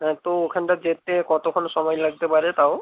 হ্যাঁ তো ওখানটা যেতে কতক্ষণ সময় লাগতে পারে তাও